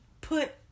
put